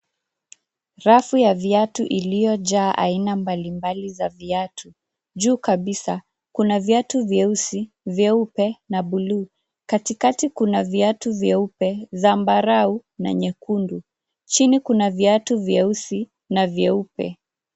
Rafu ya viatu iliyojaa aina mbalimbali za viatu. Juu kabisa kuna viatu vyeusi, vyeupe na bluu. Katikati kuna viatu vyeupe, zambarau na nyekundu. Chini kuna viatu vyeusi na vyeupe.